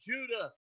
Judah